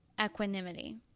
equanimity